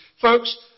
folks